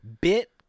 bit